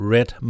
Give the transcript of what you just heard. Red